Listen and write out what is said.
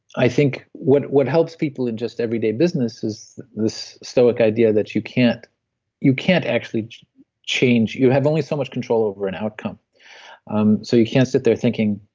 i think what what helps people in just everyday business is this stoic idea that you can't you can't actually change. you have only so much control over an outcome um so you can't sit there thinking,